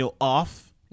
off